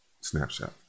Snapshot